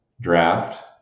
draft